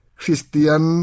Christian